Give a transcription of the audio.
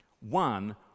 One